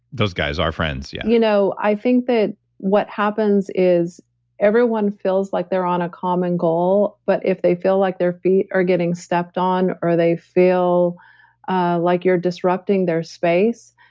those guys, our friends. yeah you know i think that what happens is everyone feels like they're on a common goal, but if they feel like their feet are getting stepped on or they feel ah like you're disrupting their space,